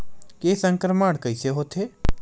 के संक्रमण कइसे होथे?